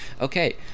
Okay